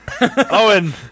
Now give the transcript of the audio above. owen